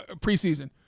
preseason